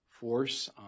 Force